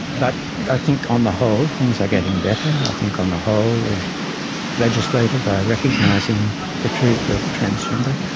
but i think on the whole things are getting better. i think on the whole the legislators are recognising the truth of transgender.